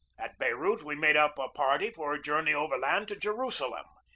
at beirut we made up a party for a journey over land to jerusalem,